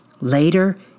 Later